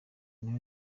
niho